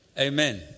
Amen